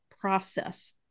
process